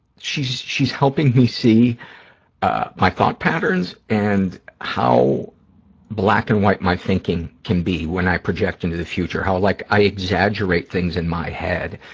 she's, she's helping me see ah my thought patterns and how black and white my thinking can be when i project into the future, how like i exaggerate things in my head.